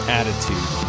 attitude